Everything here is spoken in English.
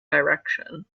direction